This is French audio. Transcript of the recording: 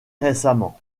récemment